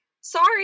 sorry